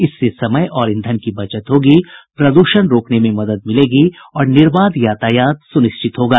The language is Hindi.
इससे समय और ईंधन की बचत होगी प्रद्षण रोकने में मदद मिलेगी और निर्बाध यातायात सुनिश्चित होगा